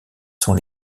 sont